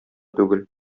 түгел